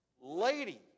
lady